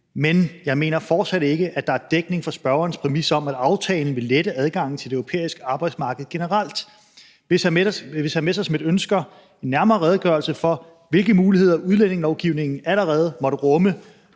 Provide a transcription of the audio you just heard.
men jeg mener fortsat ikke, at der er dækning for spørgerens præmis om, at aftalen vil lette adgangen til det europæiske arbejdsmarked generelt. Hvis hr. Morten Messerschmidt ønsker en nærmere redegørelse for, hvilke muligheder udlændingelovgivningen allerede måtte rumme